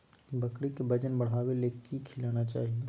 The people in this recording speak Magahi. बकरी के वजन बढ़ावे ले की खिलाना चाही?